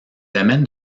amènent